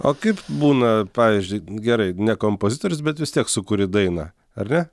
o kaip būna pavyzdžiui gerai ne kompozitorius bet vis tiek sukuri dainą ar ne